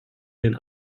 den